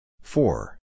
four